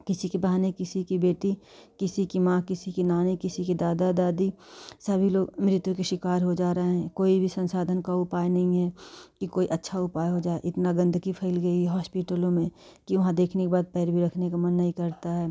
किसीकी है बहन किसी की बेटी किसी की माँ किसी की नानी किसी की दादी दादी सभी लोग मृत्यु के शिकार हो जा रहे हैं कोई भी संसाधन उपाय नहीं है कि कोई अच्छा उपाय हो जाए इतना गंदगी फैल गई है होस्पिटलों में कि वहाँ देखने के बाद पैर भी रखने का मन नहीं करता है